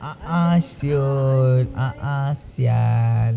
ah ah [siol] ah ah sia